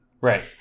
Right